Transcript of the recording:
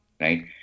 right